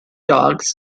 dogs